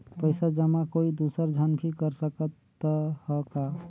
पइसा जमा कोई दुसर झन भी कर सकत त ह का?